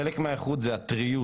חלק מהאיכות זה הטריות.